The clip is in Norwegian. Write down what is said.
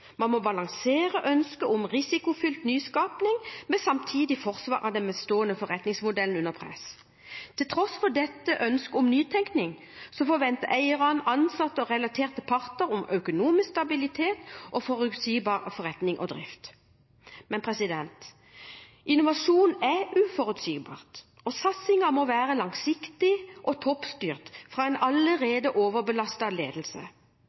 Man må balansere ønsket om risikofylt nyskaping med samtidig forsvar av den bestående forretningsmodellen under press. Til tross for dette ønsket om nytenkning forventer eierne, ansatte og relaterte parter økonomisk stabilitet og forutsigbar forretning og drift. Men innovasjon er uforutsigbart, og satsingen må være langsiktig og toppstyrt, fra en allerede overbelastet ledelse.